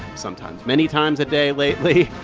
sometimes many times a day lately.